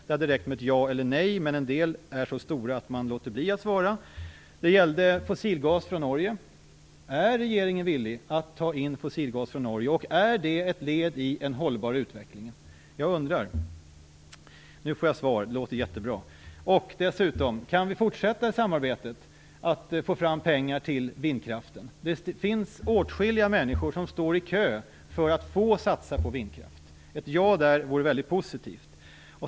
Det hade räckt med ett ja eller nej, men en del är så stora att de låter bli att svara. Det gällde fossilgas från Norge. Är regeringen villig att ta in fossilgas från Norge, och är det ett led i en hållbar utveckling? Jag undrar det. Nu får jag svar; det låter jättebra. Dessutom: Kan vi fortsätta samarbetet med att få fram pengar till vindkraften? Det finns åtskilliga människor som står i kö för att få satsa på vindkraft. Ett ja på den frågan vore väldigt positivt.